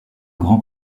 grand